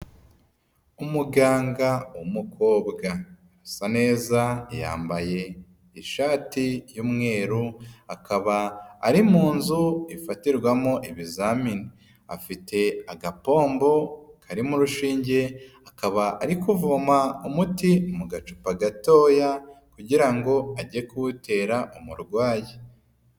Umuganga umukobwasaneza, yambaye ishati y'umweru, akaba ari mu nzu ifatirwamo ibizamini. Afite agapombo karimo urushinge, akaba ari kuvoma umuti mu gacupa gatoya, kugira ngo ajye kuwutera umurwayi.